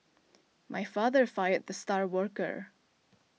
my father fired the star worker